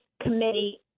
committee